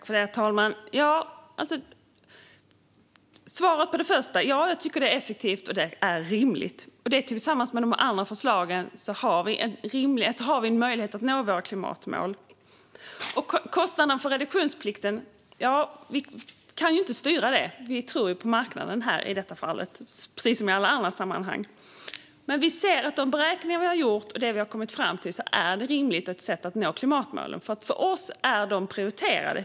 Herr talman! Svaret på den första frågan är ja; jag tycker att det är effektivt och rimligt. Med det tillsammans med de andra förslagen har vi en möjlighet att nå våra klimatmål. Kostnaden för reduktionsplikten kan vi inte styra. Vi tror på marknaden i detta fall, precis som i alla andra sammanhang. Men vi ser att enligt de beräkningar vi gjort och det vi kommit fram till är det ett rimligt sätt att nå klimatmålen. För oss är klimatmålen prioriterade.